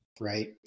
right